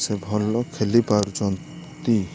ସେ ଭଲ ଖେଳିପାରୁଛନ୍ତି